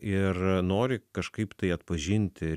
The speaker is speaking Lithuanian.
ir nori kažkaip tai atpažinti